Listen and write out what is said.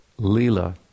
leela